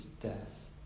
death